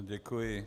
Děkuji.